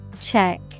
Check